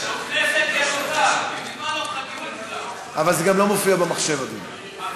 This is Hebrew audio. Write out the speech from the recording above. בכנסת יש, אבל זה גם לא מופיע במחשב, אדוני.